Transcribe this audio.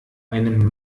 einem